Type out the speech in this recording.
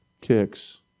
kicks